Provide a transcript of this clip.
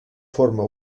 forma